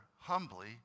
humbly